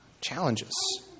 Challenges